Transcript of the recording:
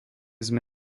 sme